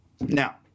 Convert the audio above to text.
Now